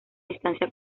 distancia